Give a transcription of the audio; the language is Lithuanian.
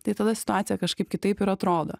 tai tada situacija kažkaip kitaip ir atrodo